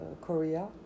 korea